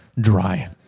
dry